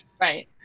Right